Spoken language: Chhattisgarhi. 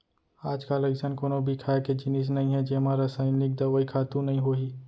आजकाल अइसन कोनो भी खाए के जिनिस नइ हे जेमा रसइनिक दवई, खातू नइ होही